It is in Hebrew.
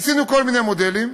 ניסינו כל מיני מודלים,